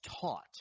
taught